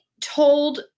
told